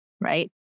right